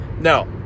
No